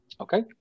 Okay